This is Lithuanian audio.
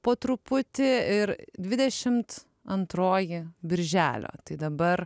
po truputį ir dvidešimt antroji birželio tai dabar